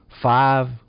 five